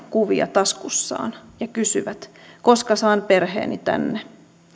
kuvia taskussaan ja kysyvät koska saan perheeni tänne